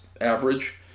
average